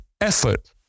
effort